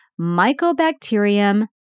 Mycobacterium